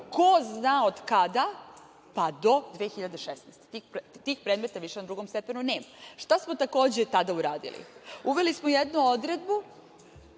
ko zna od kada, pa do 2016. godine. Tih predmeta na drugom stepenu više nema. Šta smo takođe tada uradili? Uveli smo jednu odredbu